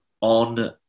on